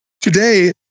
Today